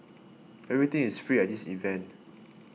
everything is free at this event